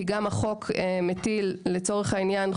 לצורך העניין,